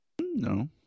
no